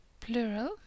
plural